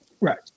Right